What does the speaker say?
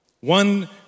One